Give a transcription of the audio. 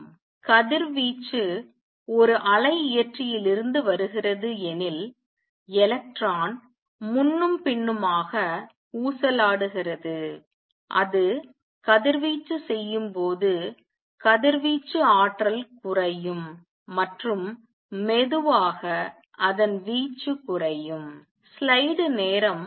கதிர்வீச்சு ஒரு அலைஇயற்றியிலிருந்து வருகிறது எனில் எலக்ட்ரான் முன்னும் பின்னுமாக ஊசலாடுகிறது அது கதிர்வீச்சு செய்யும் போது கதிர்வீச்சு ஆற்றல் குறையும் மற்றும் மெதுவாக அதன் வீச்சு குறையும்